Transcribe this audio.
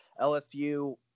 LSU